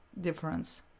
difference